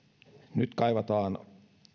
nyt kaivataan